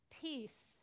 peace